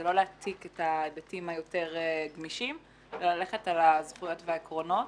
זה לא להפסיק את ההיבטים היותר גמישים אלא ללכת על הזכויות והעקרונות.